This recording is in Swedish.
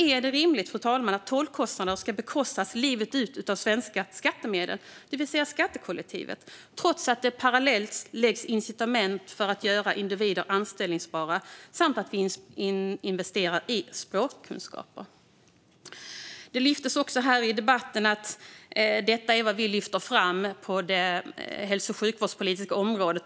Är det rimligt, fru talman, att tolkkostnader ska bekostas livet ut av svenska skattemedel, det vill säga skattekollektivet, trots att det parallellt läggs fram incitament för att göra individer anställbara och det sker investeringar i att utöka språkkunskaperna? I debatten har det också framkommit att språkkrav är något som vi lyfter fram på det hälso och sjukvårdspolitiska området.